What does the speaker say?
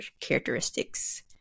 characteristics